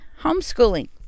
Homeschooling